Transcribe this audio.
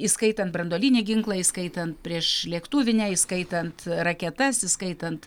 įskaitant branduolinį ginklą įskaitant priešlėktuvinę įskaitant raketas įskaitant